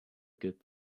good